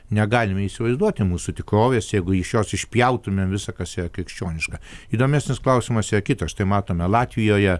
negalime įsivaizduoti mūsų tikrovės jeigu iš jos išpjautumėm visa kas yra krikščioniška įdomesnis klausimas yra kitas štai matome latvijoje